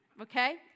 Okay